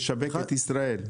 לשווק את ישראל.